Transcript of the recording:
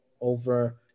over